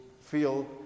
feel